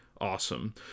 awesome